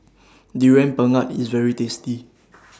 Durian Pengat IS very tasty